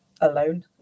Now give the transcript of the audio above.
Alone